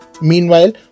Meanwhile